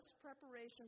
preparation